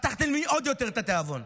פתחתם לי עוד יותר את התיאבון.